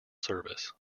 service